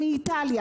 מאיטליה,